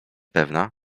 pewna